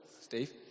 Steve